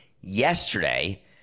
yesterday